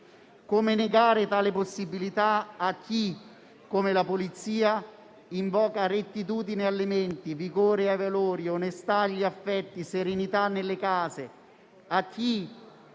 Come negare tale possibilità a chi come la Polizia invoca rettitudine alle menti, vigore ai valori, onestà agli affetti, serenità nelle case?